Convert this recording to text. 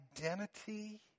identity